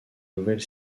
nouvelle